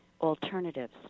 alternatives